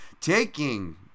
Taking